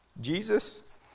Jesus